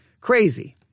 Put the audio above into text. crazy